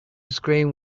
screamed